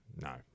no